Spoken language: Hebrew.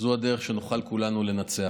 זו הדרך שנוכל כולנו לנצח.